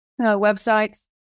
websites